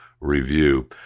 review